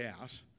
out